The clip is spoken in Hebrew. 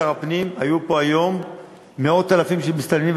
הפנים היו פה היום מאות אלפים של מסתננים,